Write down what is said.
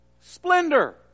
splendor